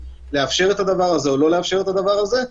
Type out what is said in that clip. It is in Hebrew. לאפשר את הדבר הזה או לא לאפשר את הדבר הזה,